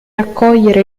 accogliere